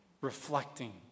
reflecting